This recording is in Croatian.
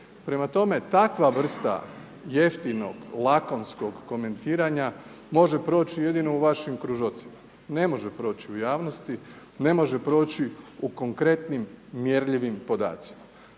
Prema tome, takva vrsta jeftinog, lakonskog komentiranja može proći jedino u vašim kružocima, ne može proći u javnosti, ne može proći u konkretnim, mjerljivim podacima.